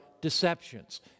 deceptions